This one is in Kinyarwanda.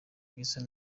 gisa